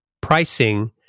pricing